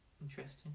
Interesting